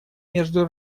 между